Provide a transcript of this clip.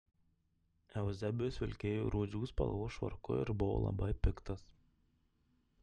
euzebijus vilkėjo rūdžių spalvos švarku ir buvo labai piktas